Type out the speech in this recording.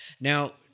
Now